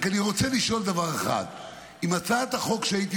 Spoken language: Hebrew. אני רק רוצה לשאול דבר אחד: אם הצעת החוק שהייתי